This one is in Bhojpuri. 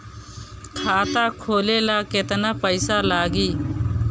खाता खोले ला केतना पइसा लागी?